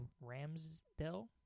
Ramsdell